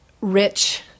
rich